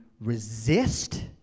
resist